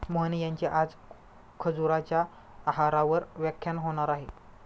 मोहन यांचे आज खजुराच्या आहारावर व्याख्यान होणार आहे